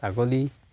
ছাগলী